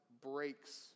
breaks